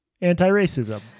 anti-racism